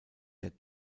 der